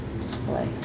display